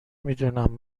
میدونم